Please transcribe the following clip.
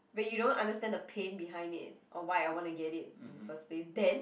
but you don't understand the pain behind it or why I wanna get it in first place then